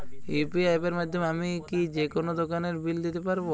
UPI অ্যাপের মাধ্যমে আমি কি যেকোনো দোকানের বিল দিতে পারবো?